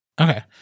Okay